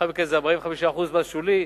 לאחר מכן זה 45% מס שולי,